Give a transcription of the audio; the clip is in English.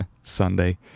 Sunday